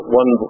one